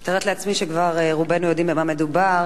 אני מתארת לעצמי שכבר רובנו יודעים במה מדובר.